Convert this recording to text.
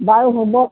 বাৰু হ'ব